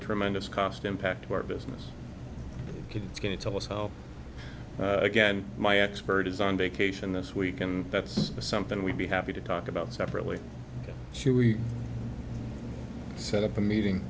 a tremendous cost impact on our business can you tell us all again my expert is on vacation this week and that's something we'd be happy to talk about separately she we set up a meeting